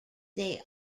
they